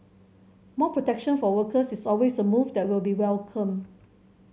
more protection for workers is always a move that will be welcomed